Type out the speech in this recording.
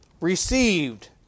received